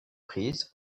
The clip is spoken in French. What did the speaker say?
prise